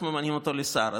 איך ממנים אותו לשר,